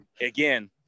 again